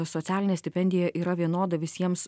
socialinė stipendija yra vienoda visiems